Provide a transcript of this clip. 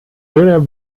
dünner